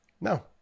No